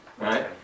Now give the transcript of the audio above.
right